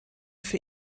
für